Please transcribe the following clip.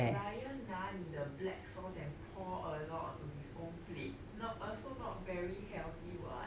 ryan 拿你的 black sauce and pour a lot on his own plate not also not very healthy what